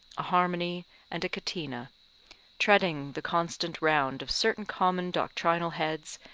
a harmony and a catena treading the constant round of certain common doctrinal heads,